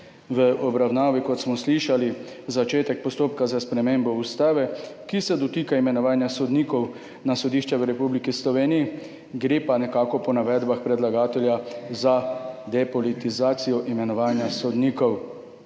v obravnavi, kot smo slišali, začetek postopka za spremembo ustave, ki se dotika imenovanja sodnikov na sodišče v Republiki Sloveniji, po navedbah predlagatelja pa gre za depolitizacijo imenovanja sodnikov.